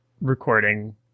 recording